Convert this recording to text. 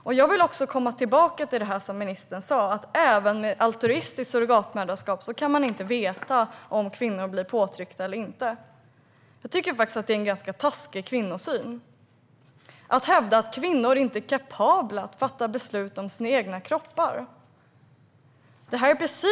Låt mig återkomma till det som ministern sa om att man även med ett altruistiskt surrogatmoderskap inte kan veta om kvinnor blir utsatta för påtryckning eller inte. Jag tycker att det är en taskig kvinnosyn att hävda att kvinnor inte är kapabla att fatta beslut om sin egen kropp.